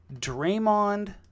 Draymond